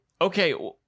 okay